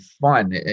fun